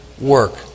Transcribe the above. work